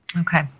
Okay